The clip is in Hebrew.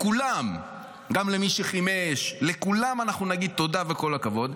לכולם אנחנו נגיד תודה וכל הכבוד.